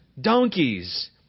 donkeys